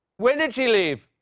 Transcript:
when did she leave?